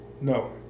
no